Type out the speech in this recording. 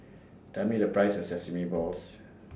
Tell Me The Price of Sesame Balls